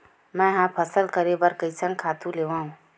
मैं ह फसल करे बर कइसन खातु लेवां?